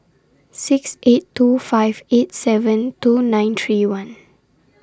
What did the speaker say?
six eight two five eight seven two nine three one